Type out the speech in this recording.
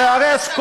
תיהרס,